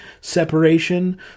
separation